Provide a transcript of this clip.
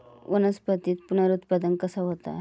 वनस्पतीत पुनरुत्पादन कसा होता?